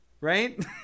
Right